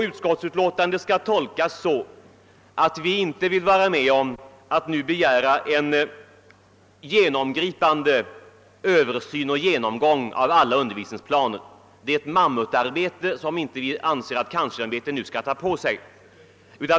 Utskottsutlåtandet skall tolkas så att vi inte vill vara med om att nu begära en genomgripande översyn och genomgång av alla undervisningsplaner. Det är ett mammutarbete som vi inte anser att kanslersämbetet nu skall ta på sig.